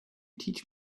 teach